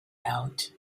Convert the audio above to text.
out